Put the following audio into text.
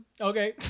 okay